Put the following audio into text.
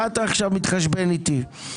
מה אתה מתחשבן איתי עכשיו?